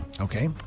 Okay